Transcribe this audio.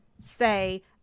say